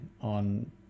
on